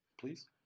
please